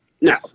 No